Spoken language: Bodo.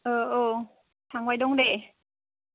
ओ औ थांबाय दं दे